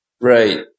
Right